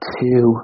two